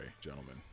gentlemen